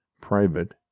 private